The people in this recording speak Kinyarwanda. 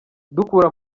dukura